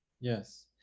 Yes